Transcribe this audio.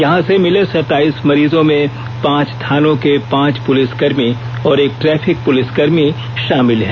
यहां से मिले सताइस मरीजों में पांच थानों के पांच पुलिसकर्मी और एक ट्रैफिक पुलिसकर्मी शामिल हैं